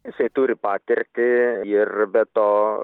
jisai turi patirtį ir be to